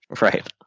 Right